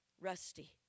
Rusty